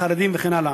חרדים וכן הלאה.